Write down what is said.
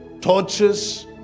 torches